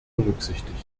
berücksichtigt